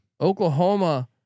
Oklahoma